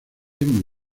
muy